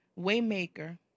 Waymaker